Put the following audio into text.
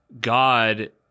God